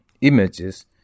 images